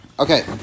Okay